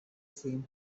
same